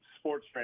sports